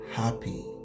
happy